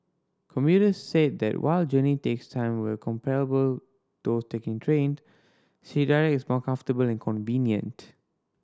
commuters said that while journey takes time were comparable those taking trained C Direct is more comfortable and convenient